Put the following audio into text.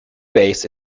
base